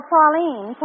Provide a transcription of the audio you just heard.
Pauline